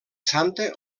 santa